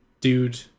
dude